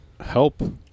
help